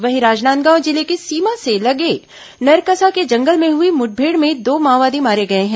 वहीं राजनांदगांव जिले की सीमा से लगे नरकसा के जंगल में हुई मुठभेड़ में दो माओवादी मारे गए हैं